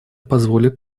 позволит